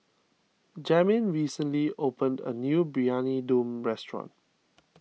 Jamin recently opened a new Briyani Dum restaurant